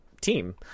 team